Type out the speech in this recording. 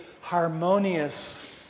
harmonious